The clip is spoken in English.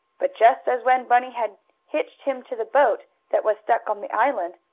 but just as when bunny had hitched him to the boat, that was stuck on the island,